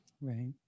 Right